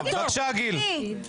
בבקשה, גיל.